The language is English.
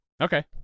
Okay